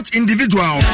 individual